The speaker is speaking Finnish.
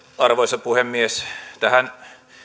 arvoisa puhemies tähän